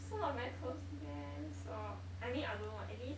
also not very close to them so I mean I don't know at least